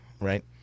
Right